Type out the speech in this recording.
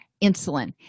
insulin